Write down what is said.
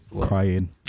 crying